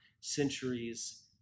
centuries